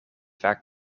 vaak